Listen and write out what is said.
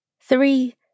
three